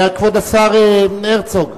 כבוד השר הרצוג.